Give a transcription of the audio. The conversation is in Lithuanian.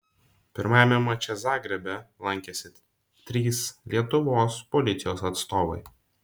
pirmajame mače zagrebe lankėsi trys lietuvos policijos atstovai